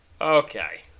Okay